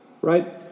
Right